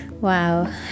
Wow